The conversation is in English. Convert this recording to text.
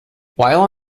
while